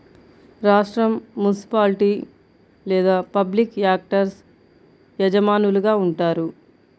రాష్ట్రం, మునిసిపాలిటీ లేదా public actors యజమానులుగా ఉంటారు